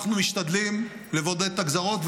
אנחנו משתדלים לבודד את הגזרות,